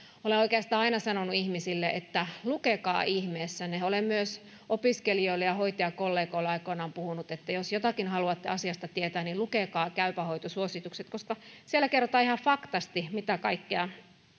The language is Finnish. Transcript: olen oikeastaan aina sanonut ihmisille että lukekaa ihmeessä ne olen myös opiskelijoille ja hoitajakollegoille aikoinaan puhunut että jos jotakin haluatte asiasta tietää niin lukekaa käypä hoito suositukset koska siellä kerrotaan ihan faktasti mitä kaikkea